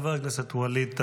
חבר הכנסת ווליד טאהא,